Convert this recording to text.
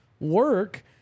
work